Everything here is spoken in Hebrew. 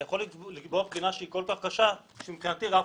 אני יכול לקבוע בחינה שהיא כל כך קשה שמבחינתי רף